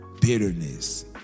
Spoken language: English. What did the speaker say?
bitterness